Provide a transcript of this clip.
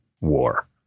war